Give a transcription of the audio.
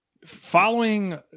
Following